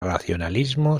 racionalismo